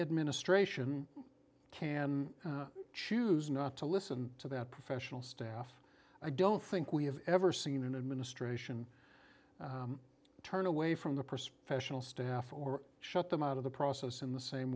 administration can choose not to listen to that professional staff i don't think we have ever seen an administration turn away from the priest pressure staff or shut them out of the process in the same